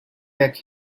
back